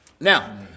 Now